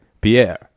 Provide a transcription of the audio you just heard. Pierre